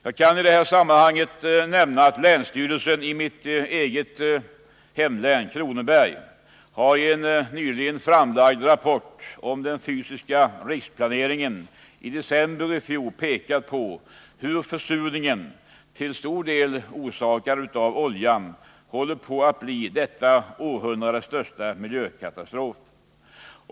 Jag kan i det här sammanhanget nämna att länsstyrelsen i mitt hemlän, Kronobergs län, i en rapport om den fysiska riksplaneringen i december i fjol har pekat på hur försurningen -— till stor del orsakad av oljan — håller på att bli detta århundrades största miljökatastrof.